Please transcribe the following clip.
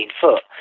foot